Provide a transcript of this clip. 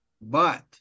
But-